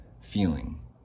feeling